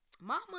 mama